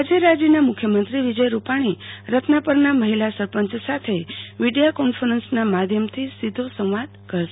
આજે રાજયના મુખ્યમંત્રી વિજય રૂપાણી રત્નાપર ના મહિલા સરપંચ સાથે વિડીયો કોન્ફરન્સના માધ્યમથી સીધો સંવાદ કરશે